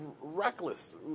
reckless